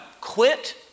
quit